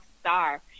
Star